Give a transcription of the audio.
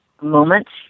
moments